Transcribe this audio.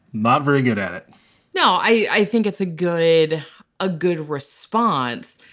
not very good at it no i think it's a good a good response.